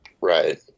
right